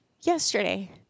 yesterday